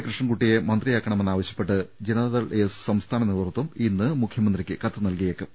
കൃഷ്ണൻകുട്ടിയെ മന്ത്രിയാക്കണമെന്നാ വശ്യപ്പെട്ട് ജനതാദൾ എസ് സംസ്ഥാന നേതൃത്വം ഇന്ന് മുഖ്യമന്ത്രിക്ക് കത്തു നൽകിയേക്കും